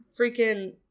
freaking